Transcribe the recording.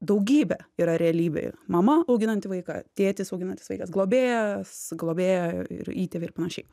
daugybė yra realybėj mama auginanti vaiką tėtis auginantis vaikas globėjas globėja ir įtėviai ir panašiai